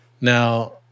Now